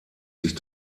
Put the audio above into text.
sich